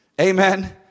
Amen